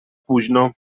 późno